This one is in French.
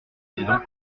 président